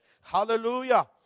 Hallelujah